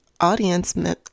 audience